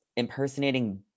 impersonating